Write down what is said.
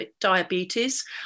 diabetes